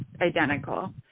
identical